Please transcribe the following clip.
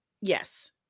yes